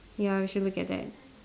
ya we should look at that